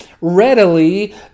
readily